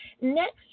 next